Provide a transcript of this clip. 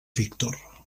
víctor